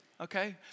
Okay